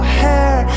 hair